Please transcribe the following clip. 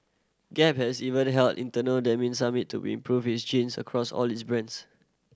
gap has even held internal denim summit to improve its jeans across all its brands